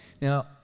Now